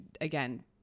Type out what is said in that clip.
again